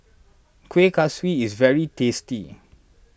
Kuih Kaswi is very tasty